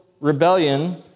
rebellion